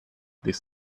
this